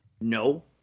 No